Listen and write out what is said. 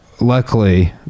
luckily